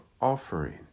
offering